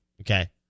Okay